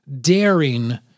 daring